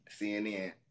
CNN